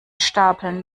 stapeln